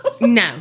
No